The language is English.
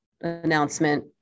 announcement